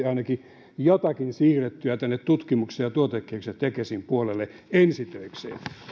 ainakin jotakin siirrettyä tänne tutkimukseen ja tuotekehitykseen tekesin puolelle ensi töikseen